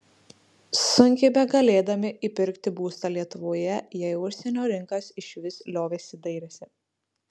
sunkiai begalėdami įpirkti būstą lietuvoje jie į užsienio rinkas išvis liovėsi dairęsi